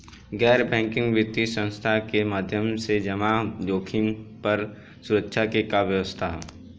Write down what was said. गैर बैंकिंग वित्तीय संस्था के माध्यम से जमा जोखिम पर सुरक्षा के का व्यवस्था ह?